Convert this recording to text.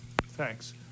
Thanks